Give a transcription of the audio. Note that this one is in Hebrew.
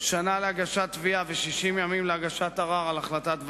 שנה להגשת תביעה ו-60 ימים להגשת ערר על החלטת ועדה,